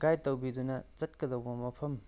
guide ꯇꯧꯕꯤꯗꯨꯅ ꯆꯠꯀꯗꯧꯕ ꯃꯐꯝ